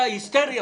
אתה אפילו היסטרי.